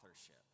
authorship